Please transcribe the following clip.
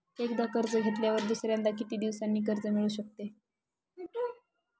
एकदा कर्ज घेतल्यावर दुसऱ्यांदा किती दिवसांनी कर्ज मिळू शकते?